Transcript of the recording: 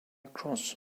cross